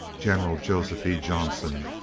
general joseph e. johnson,